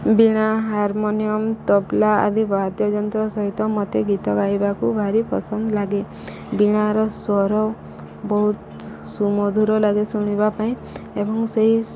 Veena harmonium tabla ଆଦି ବାଦ୍ୟ ଯନ୍ତ୍ର ସହିତ ମୋତେ ଗୀତ ଗାଇବାକୁ ଭାରି ପସନ୍ଦ ଲାଗେ ବିଣାର ସ୍ୱର ବହୁତ ସୁମଧୁର ଲାଗେ ଶୁଣିବା ପାଇଁ ଏବଂ ସେଇ